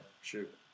Shoot